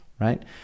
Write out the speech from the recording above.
right